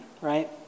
right